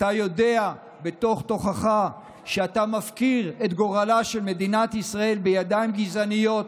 אתה יודע בתוך-תוכך שאתה מפקיר את גורלה של מדינת ישראל בידיים גזעניות,